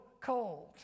cold